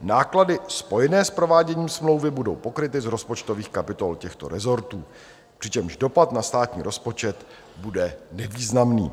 Náklady spojené s prováděním smlouvy budou pokryty z rozpočtových kapitol těchto rezortů, přičemž dopad na státní rozpočet bude nevýznamný.